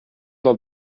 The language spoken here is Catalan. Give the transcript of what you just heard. del